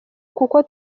kuko